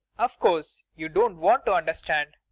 of course you don't want to under stand.